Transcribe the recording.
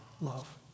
love